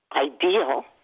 ideal